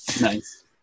Nice